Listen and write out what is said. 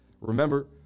Remember